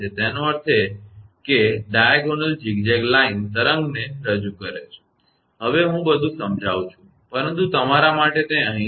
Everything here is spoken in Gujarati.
તેનો અર્થ એ કે વિકર્ણ ઝિગઝેગ લાઇન તરંગને રજૂ કરે છે હવે હું બધું સમજાવું છું પરંતુ તમારા માટે તે અહીં છે